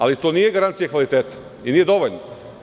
Ali, to nije garancija kvaliteta i nije dovoljno.